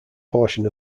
portion